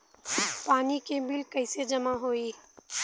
पानी के बिल कैसे जमा होयी?